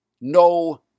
No